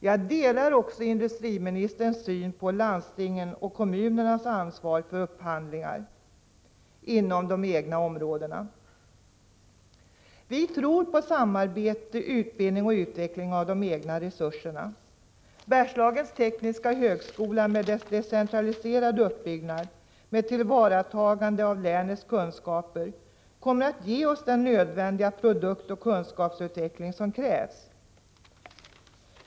Jag delar industriministerns syn på landstingens och kommunernas ansvar för upphandlingar inom de egna områdena. Vi tror på samarbete, utbildning och utveckling av de egna resurserna. Bergslagens tekniska högskola med dess decentraliserade uppbyggnad där länets kunskaper tas till vara kommer att ge oss den nödvändiga produktoch kunskapsutveckling som krävs.